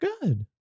good